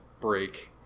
Break